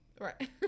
Right